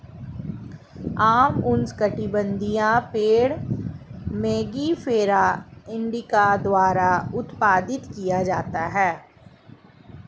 आम उष्णकटिबंधीय पेड़ मैंगिफेरा इंडिका द्वारा उत्पादित किया जाता है